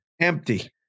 empty